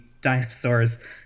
dinosaurs